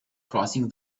crossing